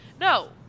no